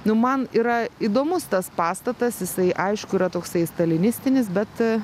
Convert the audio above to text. nu man yra įdomus tas pastatas jisai aišku yra toksai stalinistinis bet